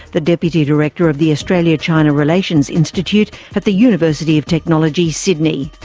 the deputy director of the australia-china relations institute at the university of technology sydney.